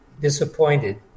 disappointed